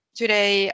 today